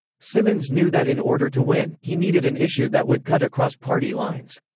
simmons knew that in order to win, he needed an issue that would cut across party lines.